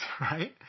right